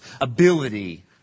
ability